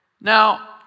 Now